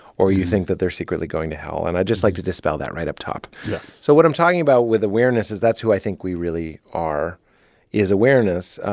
or you think that they're secretly going to hell. and i'd just like to dispel that right up top yes so what i'm talking about with awareness is that's who i think we really are is awareness.